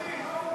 לוועדת הכספים.